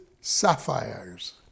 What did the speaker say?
sapphires